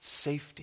safety